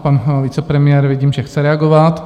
Pan vicepremiér vidím, že chce reagovat.